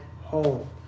home